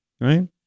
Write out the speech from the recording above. Right